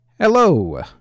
Hello